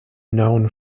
known